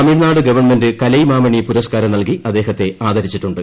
Tamil Nadu government Kalaimamani പുരസ്കാരം നൽകി അദ്ദേഹത്തെ ആദരിച്ചിട്ടുണ്ട്